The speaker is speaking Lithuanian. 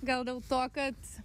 gal dėl to kad